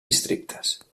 districtes